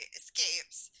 escapes